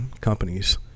companies